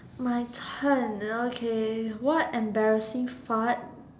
my turn okay what embarrassing fart